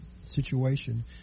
situation